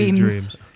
dreams